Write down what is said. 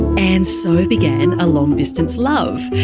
and so began a long distance love.